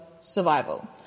survival